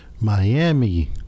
Miami